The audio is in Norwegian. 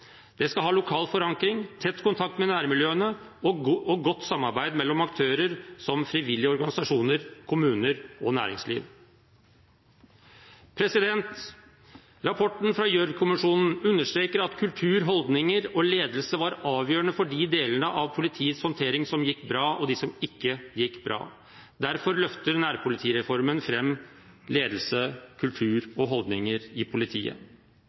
Det skal ha lokal forankring, tett kontakt med nærmiljøene og godt samarbeid mellom aktører som frivillige organisasjoner, kommuner og næringsliv. Rapporten fra Gjørv-kommisjonen understreker at kultur, holdninger og ledelse var avgjørende for de delene av politiets håndtering som gikk bra, og de som ikke gikk bra. Derfor løfter nærpolitireformen fram ledelse, kultur og holdninger i politiet.